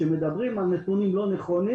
שמדברים על נתונים לא נכונים.